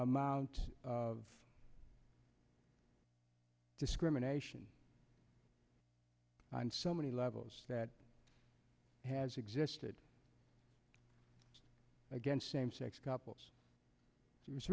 amount of discrimination and so many levels that has existed against same sex couples